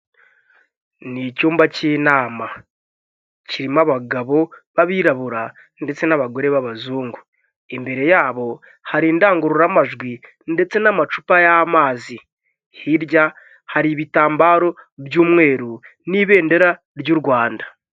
Ni icyumba cy'inama kirimo abagabo b'abirabura ndetse n'abagore b'abazungu, imbere yabo hari indangururamajwi ndetse n'amacupa y'amazi hirya hari ibitambaro by'umweru n'ibendera ry'u Rwanda.